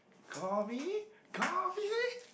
call me call me